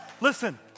Listen